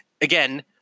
again